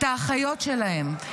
את האחיות שלהם,